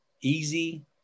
easy